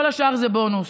כל השאר זה בונוס.